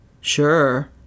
Sure